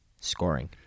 Scoring